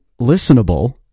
Listenable